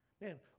Man